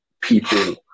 people